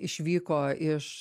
išvyko iš